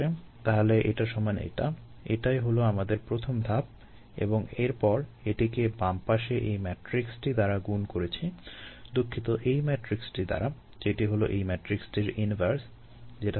তাহলে এটা সমান এটা এটিই হলো আমাদের প্রথম ধাপ এবং এরপর এটিকে বামপাশে এই ম্যাট্রিক্সটি দ্বারা গুণ করেছি দুঃখিত এই ম্যাট্রিক্সটি দ্বারা যেটি হলো এই ম্যাট্রিক্সটির ইনভার্স যেটা হলো এটা